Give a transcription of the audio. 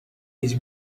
his